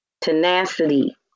Tenacity